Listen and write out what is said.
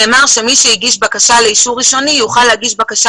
נאמר שמי שהגיש בקשה לאישור ראשוני יוכל להגיש בקשה